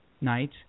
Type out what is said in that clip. night